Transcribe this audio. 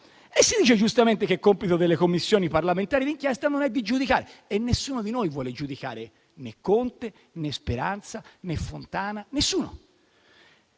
lì si dice giustamente che il compito delle Commissioni parlamentari d'inchiesta non è di giudicare e nessuno di noi vuole giudicare né Conte, né Speranza, né Fontana. Nessuno.